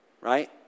right